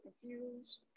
confused